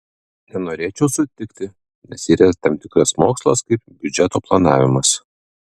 nenorėčiau sutikti nes yra tam tikras mokslas kaip biudžeto planavimas